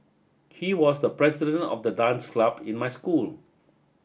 he was the president of the dance club in my school